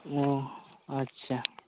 ᱚᱻ ᱟᱪᱪᱷᱟᱻ